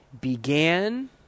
began